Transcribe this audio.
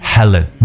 Helen